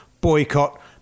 boycott